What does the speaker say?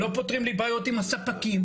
לא פותרים לי בעיות עם הספקים,